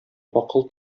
акыл